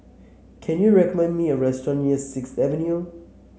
can you recommend me a restaurant near Sixth Avenue